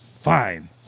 fine